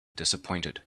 disappointed